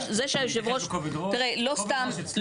לא סתם,